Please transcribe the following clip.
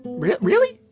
re really?